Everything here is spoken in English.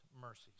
mercies